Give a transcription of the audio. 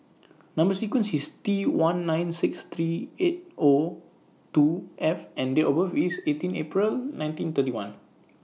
Number sequence IS T one nine six three eight O two F and Date of birth IS eighteen April nineteen thirty one